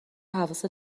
حواست